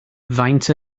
faint